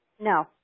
No